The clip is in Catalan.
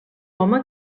home